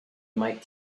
might